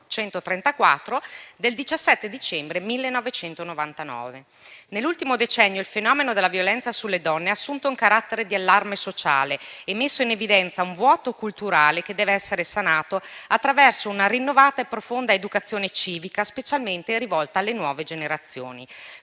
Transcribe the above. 54/134 del 17 dicembre 1999. Nell'ultimo decennio, il fenomeno della violenza sulle donne ha assunto un carattere di allarme sociale e messo in evidenza un vuoto culturale che deve essere sanato attraverso una rinnovata e profonda educazione civica, specialmente rivolta alle nuove generazioni.